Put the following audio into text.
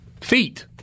feet